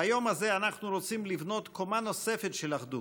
ביום הזה אנחנו רוצים לבנות קומה נוספת של אחדות,